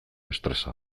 estresa